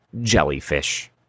jellyfish